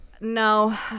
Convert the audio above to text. no